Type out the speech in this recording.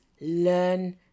learn